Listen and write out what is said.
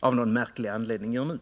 av någon märklig anledning gör nu.